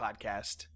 Podcast